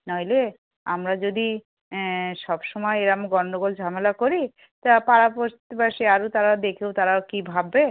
নইলে আমরা যদি সব সমায় এরকম গন্ডগোল ঝামেলা করি তা পাড়া প্রতিবেশী আরও তারা দেখেও তারা কী ভাববে